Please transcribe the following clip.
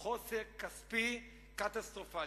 בחוסר כספי קטסטרופלי.